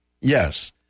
Yes